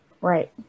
Right